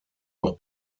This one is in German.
auch